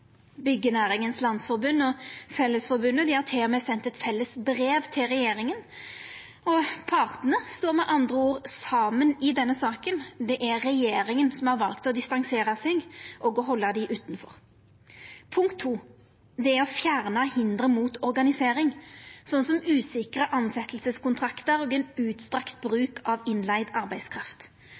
Byggenæringens Landsforening og Fellesforbundet har til og med sendt eit felles brev til regjeringa. Partane står med andre ord saman i denne saka. Det er regjeringa som har valt å distansera seg og halda dei utanfor. Å fjerna hinder mot organisering, som usikre tilsetjingskontraktar og ein utstrekt bruk av innleigd arbeidskraft.